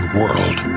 world